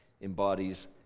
embodies